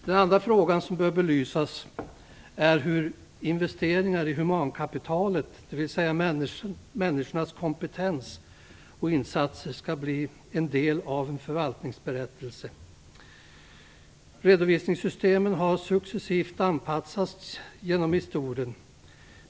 Den andra frågan som bör belysas är hur investeringar i humankapitalet, dvs. människors kompetens och insatser, skall kunna bli en del av en förvaltningsberättelse. Redovisningssystemen har successivt anpassats genom historien.